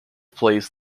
plays